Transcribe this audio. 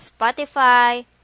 Spotify